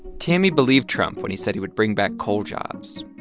tammy believed trump when he said he would bring back coal jobs,